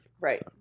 Right